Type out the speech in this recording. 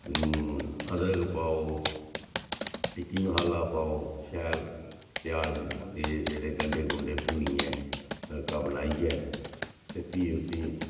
अदरक पाओ टिक्की मसाला पाओ शैल प्याज एह् जेह्ड़े गंढे गुंढे भुन्नियै तड़का बनाइयै ते फ्ही उसी